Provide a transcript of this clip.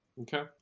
Okay